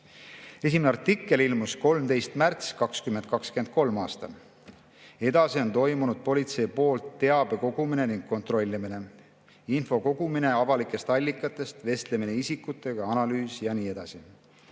Esimene artikkel ilmus 13. märtsil 2023. aastal. Edasi on toimunud politsei poolt teabe kogumine ja kontrollimine, info kogumine avalikest allikatest, vestlemine isikutega, analüüs ja nii edasi.